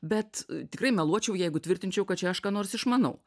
bet tikrai meluočiau jeigu tvirtinčiau kad čia aš ką nors išmanau